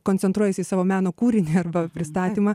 koncentruojasi į savo meno kūrinį arba pristatymą